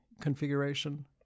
configuration